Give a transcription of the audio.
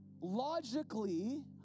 logically